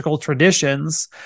traditions